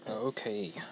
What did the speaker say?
Okay